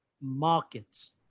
markets